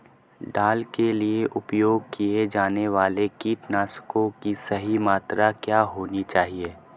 दाल के लिए उपयोग किए जाने वाले कीटनाशकों की सही मात्रा क्या होनी चाहिए?